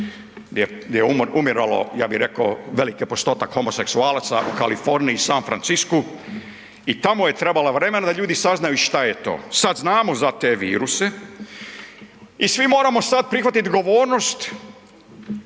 gdje je umiralo ja bi rekao, veliki postotak homoseksualaca u Kaliforniji, San Franciscu, i tamo je trebalo vremena da ljudi saznaju šta je to. Sad znamo za te viruse, i svi moramo sad prihvatit odgovornost,